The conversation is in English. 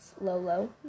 Lolo